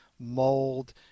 mold